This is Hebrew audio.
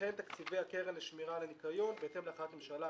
וכן תקציבי הקרן לשמירה על הניקיון בהתאם להחלטת ממשלה